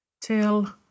till